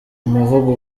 umuvugo